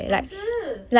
两次